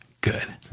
Good